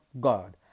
God